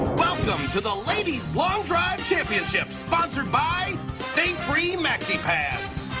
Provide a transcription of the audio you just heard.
welcome to the ladies long drive championship sponsored by stay free maxi pads!